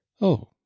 Oh